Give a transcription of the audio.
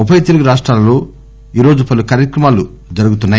ఉభయ తెలుగు రాష్టాలలో పలు కార్యక్రమాలు జరుగుతున్నాయి